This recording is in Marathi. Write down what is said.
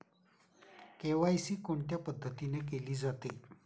के.वाय.सी कोणत्या पद्धतीने केले जाते?